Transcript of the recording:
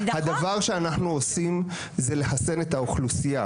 הדבר שאנחנו עושים זה לחסן את האוכלוסייה